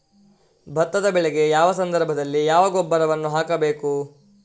ಭತ್ತದ ಬೆಳೆಗೆ ಯಾವ ಸಂದರ್ಭದಲ್ಲಿ ಯಾವ ಗೊಬ್ಬರವನ್ನು ಹಾಕಬೇಕು?